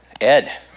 ed